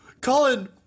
Colin